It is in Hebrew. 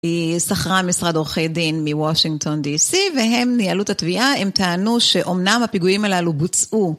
היא שכרה משרד עורכי דין מוושינגטון DC והם ניהלו את התביעה, הם טענו שאומנם הפיגועים הללו בוצעו.